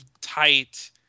tight